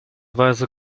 weise